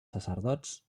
sacerdots